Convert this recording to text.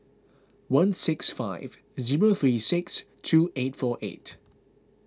one six five zero three six two eight four eight